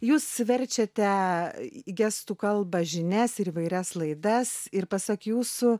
jūs verčiate į gestų kalbą žinias ir įvairias laidas ir pasak jūsų